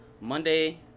Monday